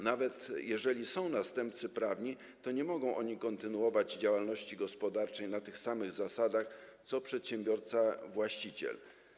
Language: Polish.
Nawet jeżeli są następcy prawni, nie mogą kontynuować działalności gospodarczej na tych samych zasadach co przedsiębiorca właściciel.